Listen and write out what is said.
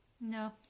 No